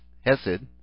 Hesed